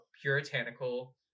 puritanical